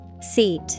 Seat